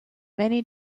many